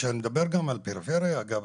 כשאני מדבר גם על פריפריה אגב,